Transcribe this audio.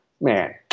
man